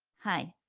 hi.